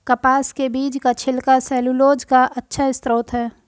कपास के बीज का छिलका सैलूलोज का अच्छा स्रोत है